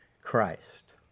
Christ